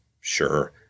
Sure